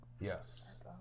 Yes